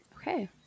Okay